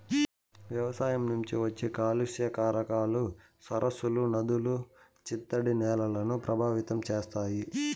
వ్యవసాయం నుంచి వచ్చే కాలుష్య కారకాలు సరస్సులు, నదులు, చిత్తడి నేలలను ప్రభావితం చేస్తాయి